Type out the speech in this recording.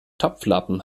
topflappen